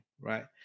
right